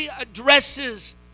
addresses